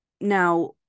Now